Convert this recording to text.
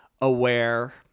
aware